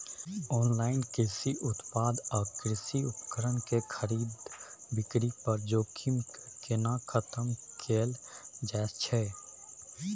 Online कृषि उत्पाद आ कृषि उपकरण के खरीद बिक्री पर जोखिम के केना खतम कैल जाए छै?